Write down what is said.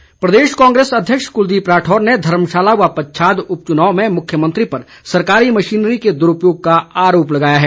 राठौर प्रदेश कांग्रेस अध्यक्ष कुलदीप राठौर ने धर्मशाला व पच्छाद उप चुनाव में मुख्यमंत्री पर सरकारी मशीनरी के दुरूपयोग का आरोप लगाया है